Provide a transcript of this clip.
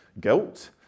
guilt